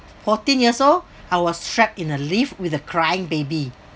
fourteen years old I was trapped in a lift with a crying baby